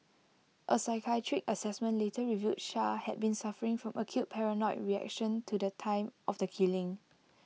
A psychiatric Assessment later revealed char had been suffering from acute paranoid reaction to the time of the killing